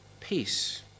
peace